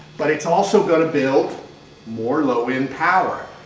but it's also going to build more low-end power.